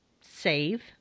save